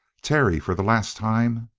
terry, for the last time!